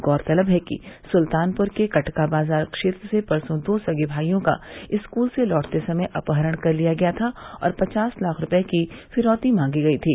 गौरतलब है कि सुल्तानपुर के कटका बाजार क्षेत्र से परसों दो सगे भाइयों का स्कूल से लौटते समय अपहरण कर लिया गया था और पचास लाख रूपये की फिरौती मांगी गई थी